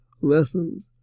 lessons